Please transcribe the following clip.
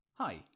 Hi